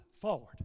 forward